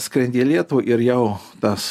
skrendi į lietuvą ir jau tas